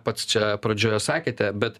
pats čia pradžioje sakėte bet